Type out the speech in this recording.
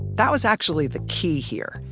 that was actually the key here.